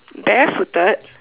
barefooted